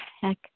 heck